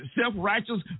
self-righteous